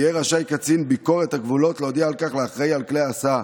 יהיה רשאי קצין ביקורת הגבולות להודיע על כך לאחראי לכלי ההסעה,